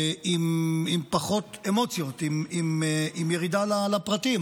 עם פחות אמוציות, עם ירידה לפרטים.